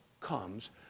comes